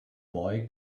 boy